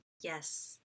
Yes